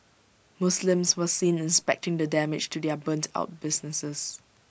Muslims were seen inspecting the damage to their burnt out businesses